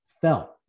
felt